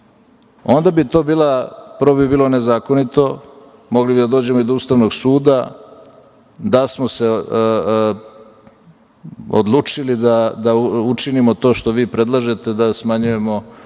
onda bi to, prvo, bilo nezakonito. Mogli bi da dođemo i do Ustavnog suda da smo se odlučili da učinimo to što vi predlažete, da smanjujemo